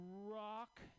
rock